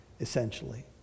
essentially